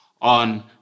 on